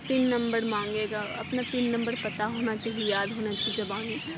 پن number مانگے گا اپنا پن نمبر پتا ہونا چاہیے یاد ہونا چاہیے زبانی